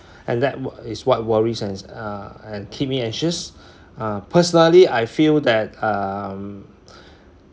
and that wa~ is what worries us uh and keep me anxious uh personally I feel that um